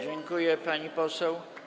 Dziękuję, pani poseł.